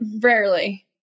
rarely